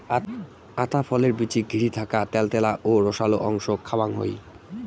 আতা ফলের বীচিক ঘিরি থাকা ত্যালত্যালা ও রসালো অংশক খাওয়াং হই